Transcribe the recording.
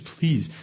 please